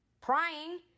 Prying